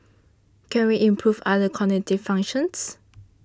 can we improve other cognitive functions